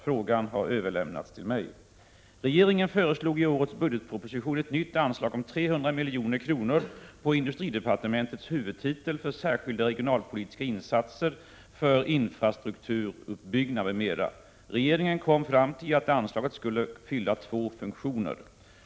Frågan har överlämnats till mig. Regeringen föreslog i årets budgetproposition ett nytt anslag om 300 milj.kr. på industridepartementets huvudtitel för särskilda regionalpolitiska insatser för infrastrukturutbyggnad m.m. Regeringen kom fram till att anslaget skulle fylla två funktioner.